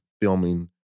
filming